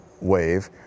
wave